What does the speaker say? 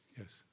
yes